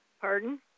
Pardon